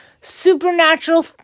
supernatural